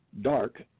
dark